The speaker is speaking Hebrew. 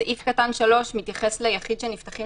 סעיף קטן (3) מתייחס ליחיד שנפתחים